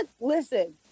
listen